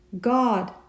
God